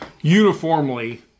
uniformly